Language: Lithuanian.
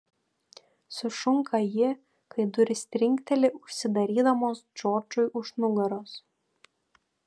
sušunka ji kai durys trinkteli užsidarydamos džordžui už nugaros